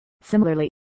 Similarly